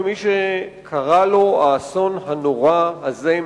כמי שקרה לו האסון הנורא הזה,